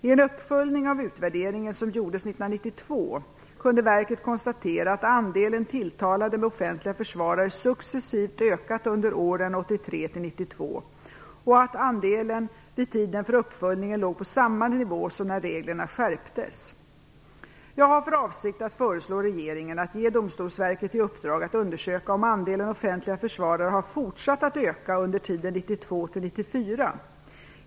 I en uppföljning av utvärderingen som gjordes 1992 kunde verket konstatera att andelen tilltalade med offentliga försvarare successivt ökat under åren 1983-1992 och att andelen vid tiden för uppföljningen låg på samma nivå som när reglerna skärptes. Jag har för avsikt att föreslå regeringen att ge Domstolsverket i uppdrag att undersöka om andelen offentliga försvar har fortsatt att öka under tiden 1992-1994.